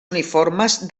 uniformes